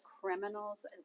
criminal's